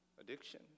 addiction